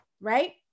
right